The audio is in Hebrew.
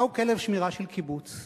מהו כלב שמירה של קיבוץ?